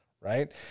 right